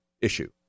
issue